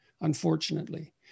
unfortunately